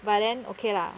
but then okay lah